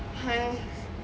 !hais!